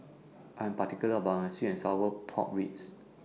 I Am particular about My Sweet and Sour Pork Ribs